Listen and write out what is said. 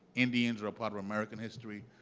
indians are a part of american history.